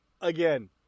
again